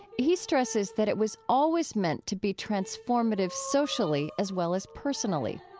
he stresses that it was always meant to be transformative socially as well as personally.